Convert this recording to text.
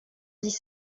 dix